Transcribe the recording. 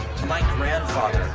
my grandfather